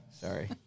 Sorry